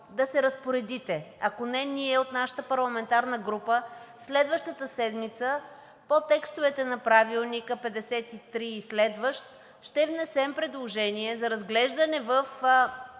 да се разпоредите – ако не, ние от нашата парламентарна група следващата седмица по текстовете от Правилника, чл. 53 и следващ, ще внесем предложение за разглеждане през